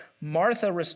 Martha